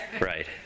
right